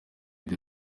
the